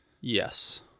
Yes